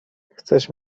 chcesz